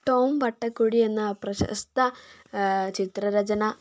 Tom Vattakudi എന്ന പ്രശസ്ത ചിത്രരചന